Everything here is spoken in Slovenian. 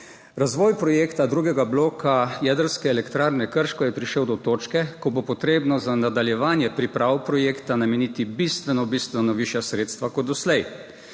Razvoj projekta drugega bloka jedrske elektrarne Krško je prišel do točke, ko bo potrebno za nadaljevanje priprav projekta nameniti bistveno, bistveno višja sredstva kot doslej.